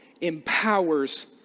empowers